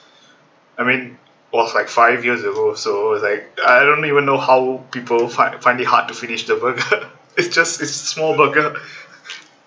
I mean was like five years ago so was like I don't even know how people find find it hard to finish the burger it's just it's a small burger